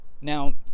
now